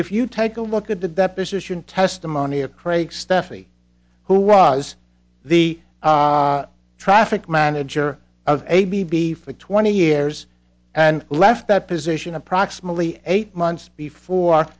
if you take a look at the deposition testimony of craig stephy who was the traffic manager of a b b for twenty years and left that position approximately eight months before